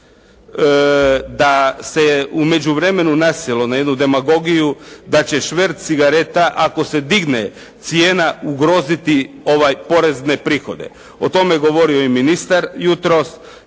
da se u međuvremenu nasjelo na jednu demagogiju da će šverc cigareta ako se digne cijena ugroziti porezne prihode. O tome je govorio i ministar jutros,